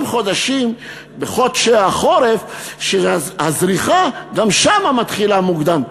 חודשי החורף שבהם הזריחה מתחילה מוקדם.